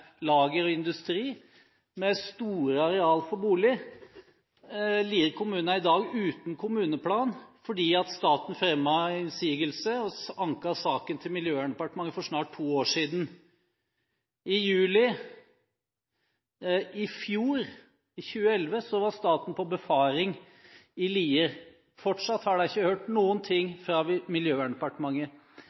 lager og industri, med store arealer for boliger. Lier kommune er i dag uten kommuneplan fordi staten fremmet innsigelse og anket saken til Miljøverndepartementet for snart to år siden. I juli i fjor, i 2011, var staten på befaring i Lier. Fortsatt har de ikke hørt noe fra Miljøverndepartementet. Vi